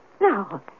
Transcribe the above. Now